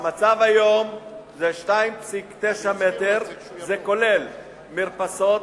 המצב היום זה 2.9 מ"ר, זה כולל מרפסות,